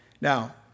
Now